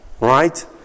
Right